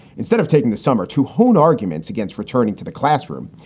instead of taking the summer to hone arguments against returning to the classroom,